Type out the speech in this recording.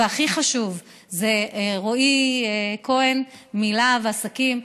והכי חשוב זה רועי כהן מלהב עסקים,